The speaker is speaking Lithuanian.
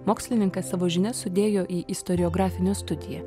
mokslininkas savo žinias sudėjo į istoriografinę studiją